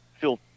feel